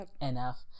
enough